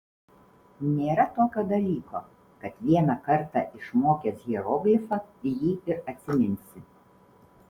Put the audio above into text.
nėra tokio dalyko kad vieną kartą išmokęs hieroglifą jį ir atsiminsi